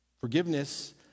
Forgiveness